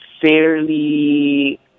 fairly